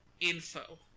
info